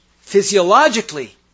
physiologically